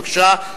בבקשה,